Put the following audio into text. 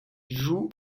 joue